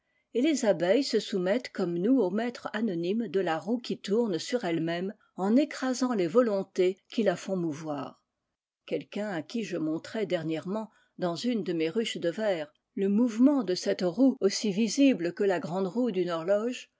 et les abeilles se soumettent comme nous au maître anonyme de la roue qui tpume sur ellemême en écrasant les volontés qui la t mouvoir quelqu'un à qui je montrais dernièrem dans une de mes ruches de verre le mouvement de cette roue aussi visible que la grande roue d'une horloge